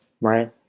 right